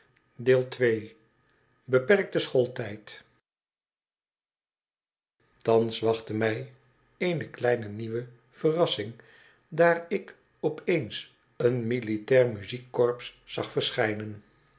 klimmen was thans wachtte mij eene nieuwe verrassing daar ik op eens een militair muziekkorps zag verschynen